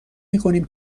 میکنیم